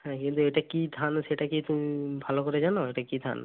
হ্যাঁ কিন্তু এটা কি ধান সেটা কি তুমি ভালো করে জানো এটা কি ধান